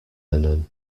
linen